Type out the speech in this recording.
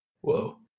Whoa